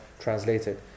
translated